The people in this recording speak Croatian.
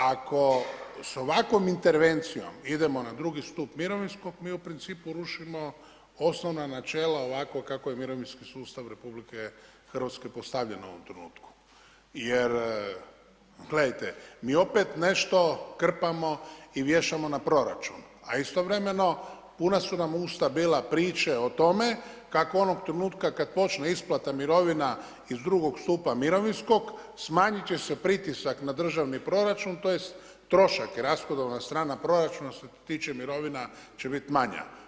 Ako sa ovakvom intervencijom idemo na drugi stup mirovinskog, mi u principu rušimo osnovna načela ovako kako je mirovinski sustav Republike Hrvatske postavljen u ovom trenutku, jer gledajte, mi opet nešto krpamo i vješamo na proračun, a istovremeno puna su nam usta bila priče o tome kako onoga trenutka kada počne isplata mirovina iz drugog stupa mirovinskog smanjit će se pritisak na državni proračun tj. trošak rashodovna strana proračuna što se tiče mirovina će biti manja.